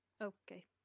Okay